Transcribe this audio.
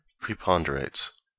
preponderates